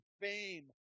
fame